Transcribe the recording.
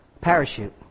parachute